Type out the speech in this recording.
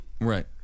Right